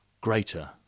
greater